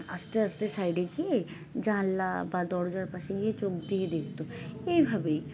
আস্তে আস্তে সাইডে গিয়ে জানলা বা দরজার পাশে গিয়ে চোখ দিয়ে দেখতো এইভাবেই